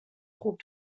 خوب